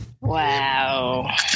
wow